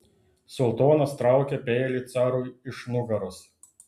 sultonas traukia peilį carui iš nugaros